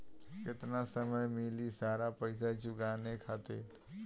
केतना समय मिली सारा पेईसा चुकाने खातिर?